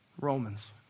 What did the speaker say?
Romans